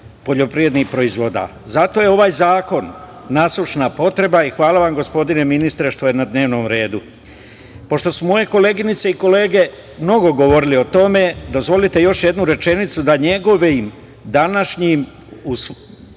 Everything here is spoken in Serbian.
poljoprivrednih proizvoda. Zato je ovaj zakon nasušna potreba i hvala vam, gospodine ministre, što je na dnevnom redu. Pošto su moje koleginice i kolege mnogo govorile o tome, dozvolite još jednu rečenicu da njegovim današnjim raspravljanjem